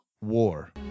War